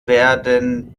werden